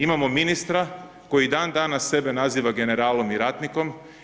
Imamo ministra koji dan danas sebe naziva generalom i ratnikom.